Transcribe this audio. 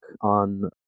on